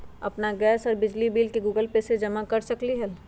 अपन गैस और बिजली के बिल गूगल पे से जमा कर सकलीहल?